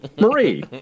Marie